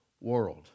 world